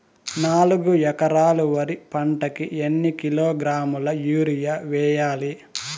నాలుగు ఎకరాలు వరి పంటకి ఎన్ని కిలోగ్రాముల యూరియ వేయాలి?